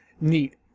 neat